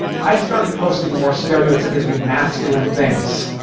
i started posting more stereotypically masculine things